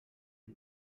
and